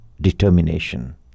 determination